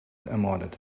ermordet